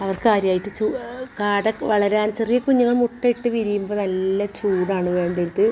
അവർക്കാദ്യമായിട്ട് ചൂ കാട വളരാൻ ചെറിയ കുഞ്ഞുങ്ങൾ മുട്ടയിട്ട് വിരിയുമ്പോൾ നല്ല ചൂടാണ് വേണ്ടത്